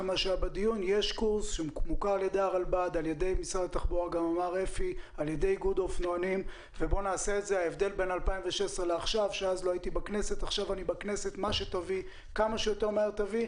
נשאל כאן לגבי אמצעי מיגון של אופנוענים ולגבי השחיקה של הצמיגים,